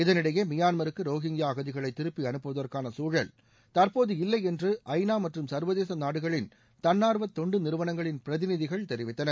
இதனிடையே மியான்மருக்கு ரோஹிங்கியா அகதிகளை திருப்பி அனுப்புவதற்கான சூழல் தற்போது இல்லை என்று ஐநா மற்றம் சர்வதேச நாடுகளின் தன்னார்வ தொண்டு நிறுவனங்களின் பிரதிநிதிகள் தெரிவித்தனர்